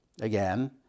again